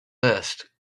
list